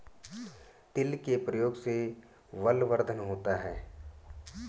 तिल के प्रयोग से बलवर्धन होता है